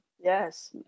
Yes